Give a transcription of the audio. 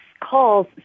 calls